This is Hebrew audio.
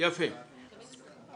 תקריא